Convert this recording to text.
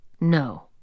No